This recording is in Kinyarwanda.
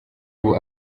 ubu